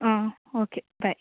ಹಾಂ ಓಕೆ ಬಾಯ್